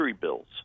bills